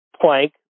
plank